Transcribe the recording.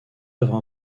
œuvres